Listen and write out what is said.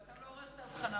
ואתה לא עורך את ההבחנה,